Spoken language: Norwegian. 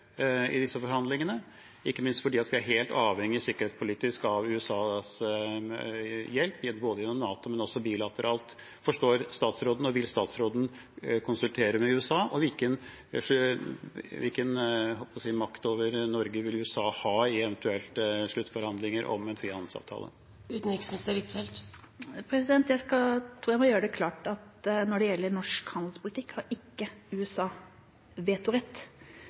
i disse forhandlingene – ikke minst fordi vi sikkerhetspolitisk er helt avhengig av USAs hjelp, både gjennom NATO og bilateralt? Vil utenriksministeren konsultere med USA, og hvilken makt over Norge vil USA ha i eventuelle sluttforhandlinger om en frihandelsavtale? Jeg tror jeg må gjøre det klart at når det gjelder norsk handelspolitikk, har ikke USA vetorett.